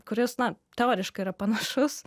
kuris na teoriškai yra panašus